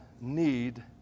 need